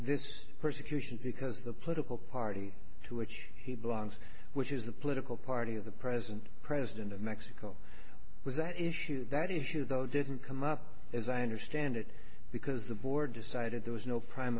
this persecution because of the political party to which he belongs which is the political party of the present president of mexico with that issue that is hugo didn't come up as i understand it because the board decided there was no prime